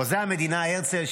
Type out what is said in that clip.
חוזה המדינה הרצל,